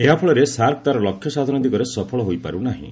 ଏହାଫଳରେ ସାର୍କ ତା'ର ଲକ୍ଷ୍ୟ ସାଧନ ଦିଗରେ ସଫଳ ହୋଇପାରୁ ନାହିଁ